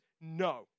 no